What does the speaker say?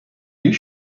you